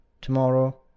tomorrow